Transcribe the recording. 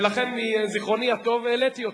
ולכן מזיכרוני הטוב העליתי אותו.